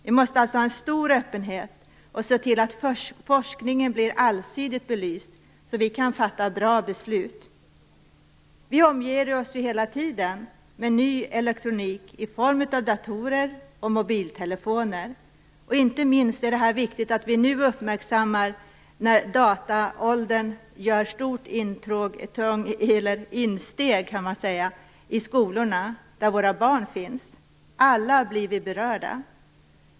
Vi måste alltså ha en stor öppenhet och se till att forskningen blir allsidigt belyst, så att vi kan fatta bra beslut. Vi omger oss hela tiden med ny elektronik i form av datorer och mobiltelefoner. Inte minst är det viktigt att vi nu uppmärksammar när dataåldern gör stort insteg i skolorna där våra barn finns. Alla blir vi berörda.